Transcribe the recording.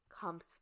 comes